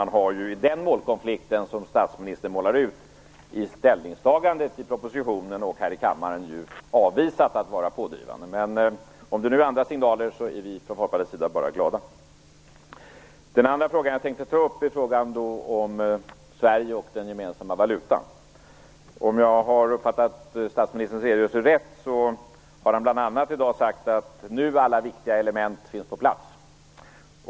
Man har i den målkonflikt som statsministern målar upp - i ställningstagandet, i propositionen och här i kammaren - snarare avvisat att vara pådrivande. Men om det nu kommer andra signaler är vi från Folkpartiets sida bara glada. Det andra jag tänkte ta upp är frågan om Sverige och den gemensamma valutan. Om jag har uppfattat statsministerns redogörelse rätt har han bl.a. i dag sagt att alla viktiga element nu finns på plats.